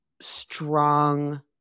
strong